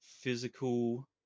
physical